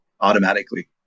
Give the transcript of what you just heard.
automatically